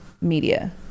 media